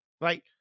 right